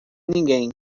ninguém